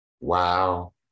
Wow